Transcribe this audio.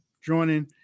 joining